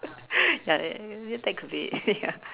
ya ya that could be it ya